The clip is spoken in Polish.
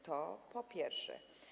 To po pierwsze.